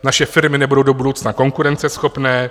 Naše firmy nebudou do budoucna konkurenceschopné.